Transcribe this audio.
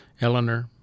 Eleanor